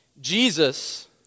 Jesus